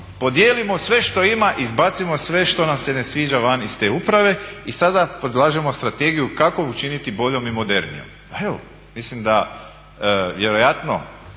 podijelimo sve što ima i izbacimo sve što nam se ne sviđa van iz te uprave i sada predlažemo strategiju kako učiniti boljom i modernijom. Pa evo, mislim da vjerojatno